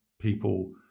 people